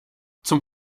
zum